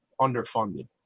underfunded